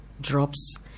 drops